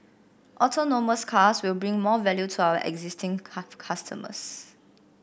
autonomous cars will bring more value to our existing customers